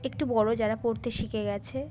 একটু বড় যারা পড়তে শিখে গেছে